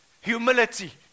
humility